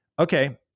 Okay